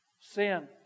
Sin